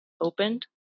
opened